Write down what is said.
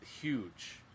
huge